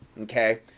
okay